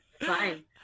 fine